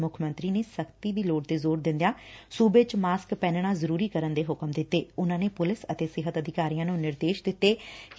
ਮੁੱਖ ਮੰਤਰੀ ਨੇ ਸਖ਼ਤੀ ਦੀ ਲੋੜ ਤੇ ਜੋਰ ਦਿੰਦਿਆ ਂਸੁਬੇ ਚ ਮਾਸਕ ਪਹਿਨਣਾ ਜ਼ਰੂਰੀ ਕਰਨ ਦੇ ਹੁਕਮ ਦਿੱਤੇ ਨੇ ਉਨ੍ਨਾ ਨੇ ਪੁਲਿਸ ਅਤੇ ਸਿਹਤ ਅਧਿਕਾਰੀਆ ਨੂੰ ਨਿਰਦੇਸ਼ ਦਿੱਤੇ ਨੇ